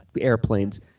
airplanes